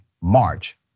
March